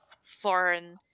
foreign